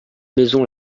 maison